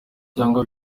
cyangwa